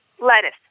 Lettuce